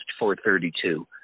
432